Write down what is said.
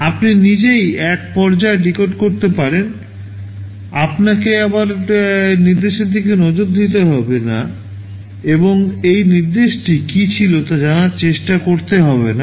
আপনি নিজেই এক পর্যায়ে ডিকোড করতে পারেন আপনাকে আবার নির্দেশের দিকে নজর দিতে হবে না এবং এই নির্দেশটি কী ছিল তা জানার চেষ্টা করতে হবে না